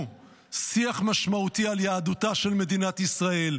שיח משמעותי על יהדותה של מדינת ישראל,